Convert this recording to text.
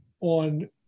on